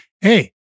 Hey